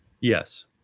Yes